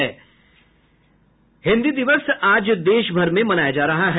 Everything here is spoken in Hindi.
हिन्दी दिवस आज देशभर में मनाया जा रहा है